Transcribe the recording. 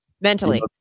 Mentally